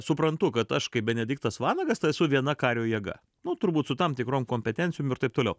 suprantu kad aš kaip benediktas vanagas su viena kario jėga nu turbūt tam tikrom kompetencijom ir taip toliau